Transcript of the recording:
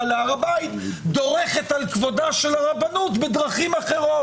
להר הבית דורכת על כבודה של הרבנות בדרכים אחרות.